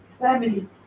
family